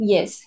Yes